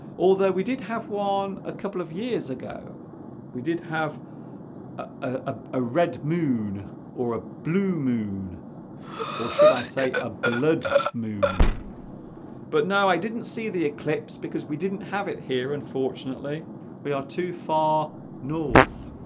although we did have one a couple of years ago we did have a a red moon or a blue moon or should i say a blood moon but now i didn't see the eclipse because we didn't have it here unfortunately we are too far north